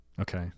okay